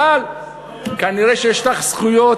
אבל כנראה יש לך זכויות.